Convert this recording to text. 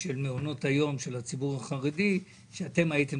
של מעונות היום של הציבור החרדי שאתם אלה שהייתם